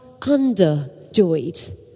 underjoyed